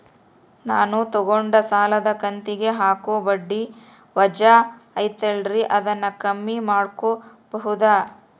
ನಾನು ತಗೊಂಡ ಸಾಲದ ಕಂತಿಗೆ ಹಾಕೋ ಬಡ್ಡಿ ವಜಾ ಐತಲ್ರಿ ಅದನ್ನ ಕಮ್ಮಿ ಮಾಡಕೋಬಹುದಾ?